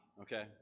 okay